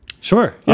Sure